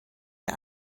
der